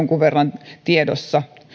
on jonkun verran tiedossa